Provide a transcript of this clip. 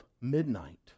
midnight